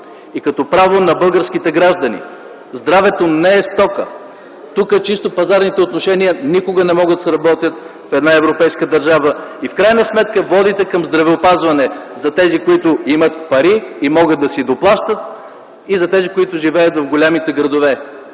и като право на българските граждани. Здравето не е стока! Тука чисто пазарните отношения никога не могат да сработят в една европейска държава. В крайна сметка водите към здравеопазване за тези, които имат пари и могат да си доплащат и за тези, които живеят в големите градове,